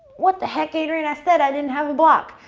what the heck, adriene? i said i didn't have a block!